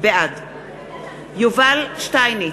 בעד יובל שטייניץ,